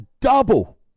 double